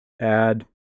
add